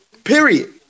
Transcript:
period